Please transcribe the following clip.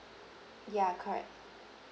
ya correct